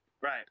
Right